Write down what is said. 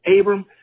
Abram